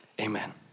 Amen